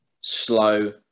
Slow